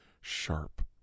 sharp